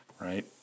right